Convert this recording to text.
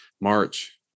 March